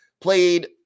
played